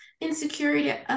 insecurity